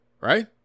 Right